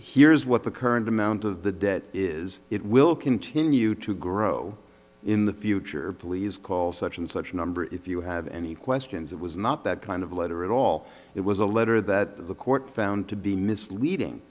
here is what the current amount of the debt is it will continue to grow in the future please call such and such number if you have any questions it was not that kind of letter at all it was a letter that the court found to be misleading